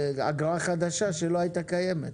אם כן, זאת אגרה חדשה שלא הייתה קיימת.